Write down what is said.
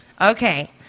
Okay